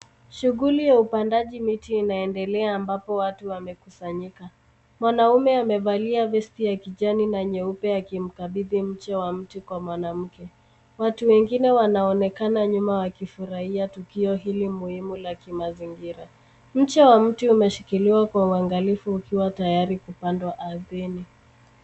Shughuli ya upandaji miti inaendelea ambapo watu wamekusanyika. Mwanamume amevalia vesti ya kijani na nyeupe akimkabidhi mche wa mti kwa mwanamke. Watu wengine wanaonekana nyuma wakifurahia tukio hili mihimu la kimazingira. Mche wa mti umeshikiliwa kwa uangalifu ukiwa tayari kupandwa ardhini.